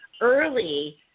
early